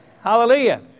Hallelujah